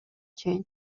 чейин